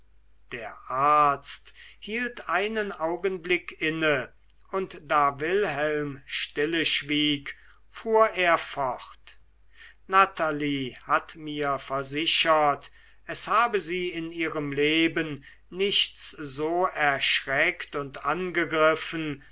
der arzt hielt einen augenblick inne und da wilhelm stille schwieg fuhr er fort natalie hat mir versichert es habe sie in ihrem leben nichts so erschreckt und angegriffen